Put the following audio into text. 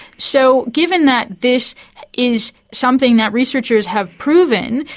so given that this is something that researchers have proven,